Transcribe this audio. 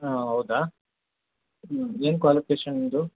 ಹಾಂ ಔದಾ ಹ್ಞೂ ಏನು ಕ್ವಾಲಿಫಿಕೇಶನ್ ನಿಮ್ಮದು